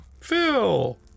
Phil